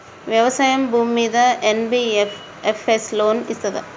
వ్యవసాయం భూమ్మీద NBFS loan ఇస్తదా?